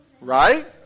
Right